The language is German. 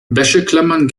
wäscheklammern